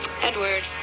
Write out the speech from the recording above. edward